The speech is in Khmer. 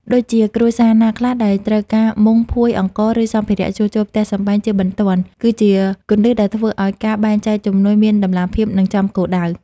ដូចជាគ្រួសារណាខ្លះដែលត្រូវការមុង ភួយ អង្ករ ឬសម្ភារៈជួសជុលផ្ទះសម្បែងជាបន្ទាន់ គឺជាគន្លឹះដែលធ្វើឱ្យការបែងចែកជំនួយមានតម្លាភាព និងចំគោលដៅ។